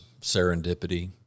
serendipity